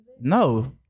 no